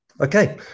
Okay